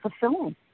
fulfilling